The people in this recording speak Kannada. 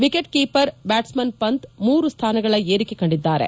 ವಿಕೆಟ್ ಕೀಪರ್ ಬ್ಯಾಟ್ಸ್ಮನ್ ಪಂತ್ ಮೂರು ಸ್ಥಾನಗಳ ಏರಿಕೆ ಕಂಡಿದ್ದಾರೆ